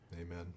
Amen